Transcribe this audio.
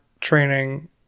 training